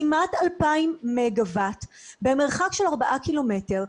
כמעט 2,000 מגה-ואט במרחק של ארבעה קילומטרים,